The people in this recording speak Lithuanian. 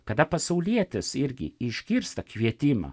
kada pasaulietis irgi išgirsta kvietimą